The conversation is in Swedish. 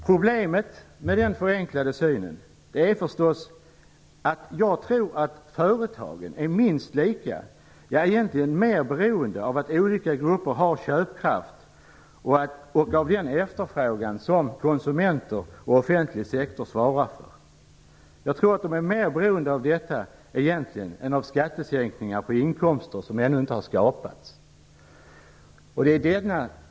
Problemet med den förenklade synen är förstås att företagen nog är minst lika och egentligen mera beroende av att olika grupper har köpkraft och av efterfrågan som konsumenter och offentlig sektor svarar för, som av skattesänkningar på inkomster som ännu inte har skapats.